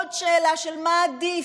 עוד שאלה של מה עדיף,